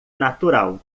natural